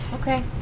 okay